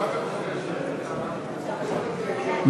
בדבר הפחתת תקציב, לא נתקבלו.